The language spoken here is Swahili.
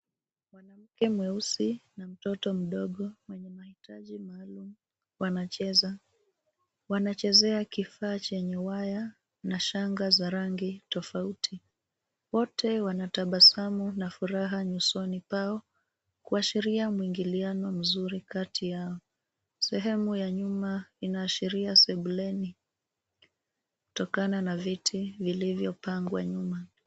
Mwanamke mweusi na mtoto mdogo mwenye mahitaji maalum wanacheza. Wanachezea kifaa chenye waya na shanga za rangi tofauti. Wote wanatabasamu na furaha nyusoni pao kuashiria muingiliano mzuri kati yao. Sehemu ya nyuma inaashiria sebuleni kutokana na viti vilivyopangwa nyuma.